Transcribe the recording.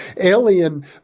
alien